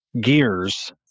gears